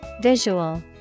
Visual